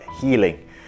healing